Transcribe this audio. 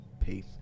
Peace